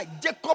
Jacob